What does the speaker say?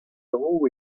dro